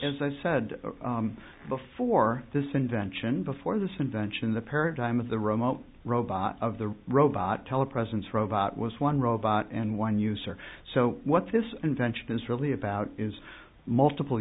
as i said before this invention before this invention the paradigm of the remote robot of the robot telepresence robot was one robot and one user so what this invention is really about is multiple